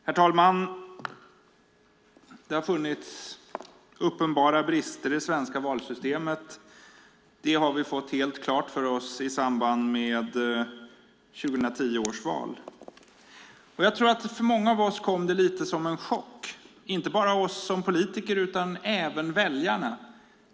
Herr talman! Det har funnits uppenbara brister i det svenska valsystemet. Det har vi fått helt klart för oss i samband med 2010 års val. Jag tror att det kom som lite av en chock för många av oss, och det gäller inte bara oss som politiker utan även väljarna.